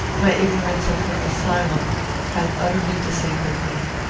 my ignorance of her asylum had utterly disabled me.